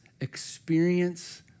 experience